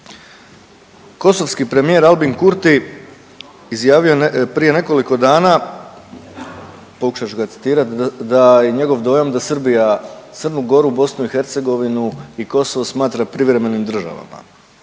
kosovski premijer Albin Kurti izjavio je prije nekoliko dana, pokušat ću ga citirat, da je njegov dojam da Srbija Crnu Goru, BiH i Kosovo smatra privremenim državama.